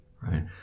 right